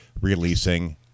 releasing